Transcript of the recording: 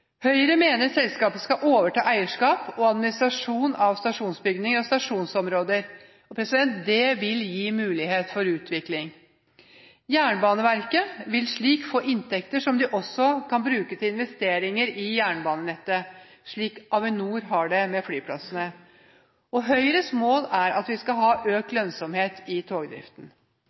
Høyre mener selskapet skal overta eierskap og administrasjon av stasjonsbygninger og stasjonsområder. Det vil gi mulighet for utvikling. Jernbaneverket vil slik få inntekter som de også kan bruke til investeringer i jernbanenettet, slik Avinor har det med flyplassene. Høyres mål er økt lønnsomhet i togdriften.